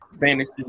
fantasy